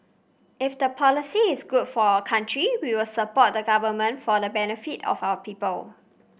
if the policy is good for our country we will support the government for the benefit of our people